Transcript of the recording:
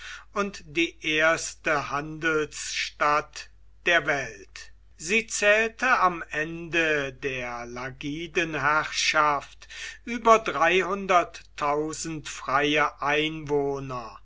und die erste handelsstadt der welt sie zählte am ende der lagidenherrschaft über freie einwohner